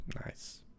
Nice